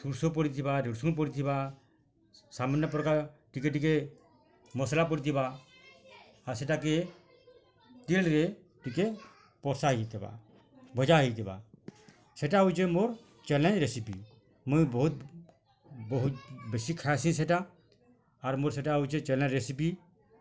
ସୁରୁଷ ପଡ଼ିଥିବା ରସୁଣ ପଡ଼ିଥିବା ସାମାନ୍ୟ ପ୍ରକାର୍ ଟିକେ ଟିକେ ମସଲା ପଡ଼ିଥିବା ଆଉ ସେଟା କେ ତେଲ୍ ରେ ଟିକେ ବସା ହେଇଥିବା ଭଜା ହେଇଥିବା ସେଟା ହେଉଛି ମୋର୍ ଚାଲେଞ୍ଜ୍ ରେସିପି ମୁଇଁ ବହୁତ ବହୁତ ବେଶୀ ଖାଏସି ସେଟା ଆର ମୋର୍ ସେଟା ହେଉଛି ଚାଲେଞ୍ଜ୍ ରେସିପି